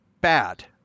bad